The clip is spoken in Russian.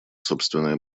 собственное